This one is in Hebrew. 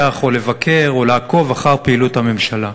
או לבקר או לעקוב אחר פעילות הממשלה.